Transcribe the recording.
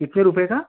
इतने रुपये का